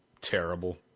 terrible